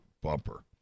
bumper